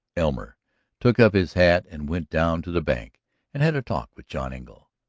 elmer took up his hat and went down to the bank and had a talk with john engle.